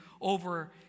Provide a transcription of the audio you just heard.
over